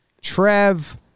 trev